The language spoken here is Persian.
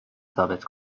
ثابت